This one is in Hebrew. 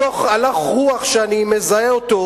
מתוך הלך רוח שאני מזהה אותו,